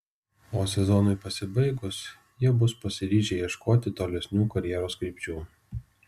o sezonui pasibaigus jie bus pasiryžę ieškoti tolesnių karjeros krypčių